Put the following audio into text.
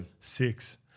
six